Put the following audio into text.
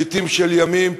לעתים של ימים,